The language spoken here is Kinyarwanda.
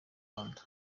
rwanda